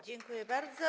Dziękuję bardzo.